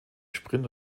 sprint